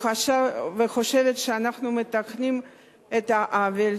וחושבת שאנחנו מתקנים את העוול.